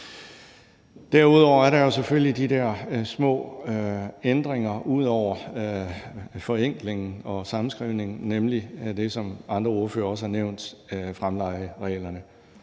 Derudover er der jo selvfølgelig de der små ændringer ud over forenklingen og sammenskrivningen, nemlig det, som andre ordførere også har nævnt, altså fremlejereglerne.